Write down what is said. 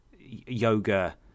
yoga